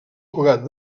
cugat